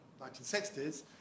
1960s